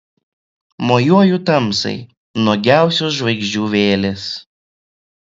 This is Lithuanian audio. mojuoju tamsai nuogiausios žvaigždžių vėlės